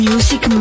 Music